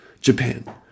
Japan